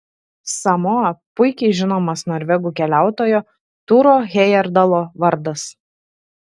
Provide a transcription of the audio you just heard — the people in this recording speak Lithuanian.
samoa puikiai žinomas norvegų keliautojo turo hejerdalo vardas